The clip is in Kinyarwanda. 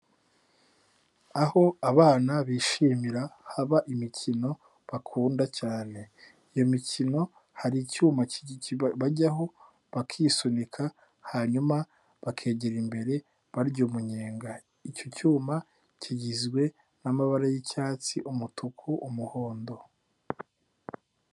Aho abana bishimira haba imikino bakunda cyane. Iyo mikino hari icyuma bajyaho, bakisunika, hanyuma bakegera imbere, barya umunyenga. Icyo cyuma kigizwe n'amabara y'icyatsi, umutuku, umuhondo.